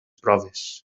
proves